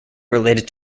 related